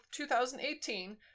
2018